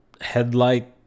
headlight